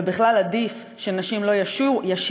ובכלל עדיף שנשים לא ישירו,